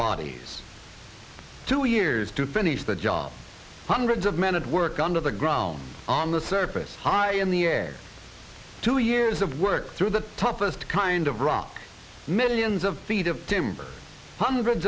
bodies two years to finish the job hundreds of men at work under the ground on the surface high in the air two years of work through the toughest kind of rock millions of feet of timber hundreds